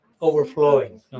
overflowing